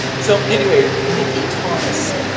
so, anyway, mickey thomas.